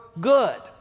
good